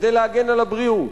כדי להגן על הבריאות.